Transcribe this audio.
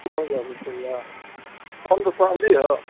दू हजार रुपैआ आम्रपाली हऽ